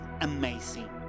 amazing